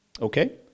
Okay